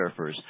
surfers